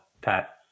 Pat